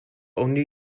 only